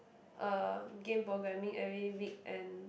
uh game programming every week and